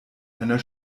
einer